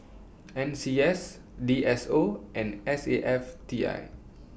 N C S D S O and S A F T I